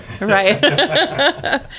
right